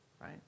right